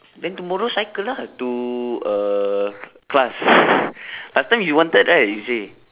then tomorrow cycle lah to uh class last time he wanted right you say